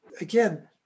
Again